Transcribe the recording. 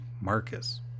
Marcus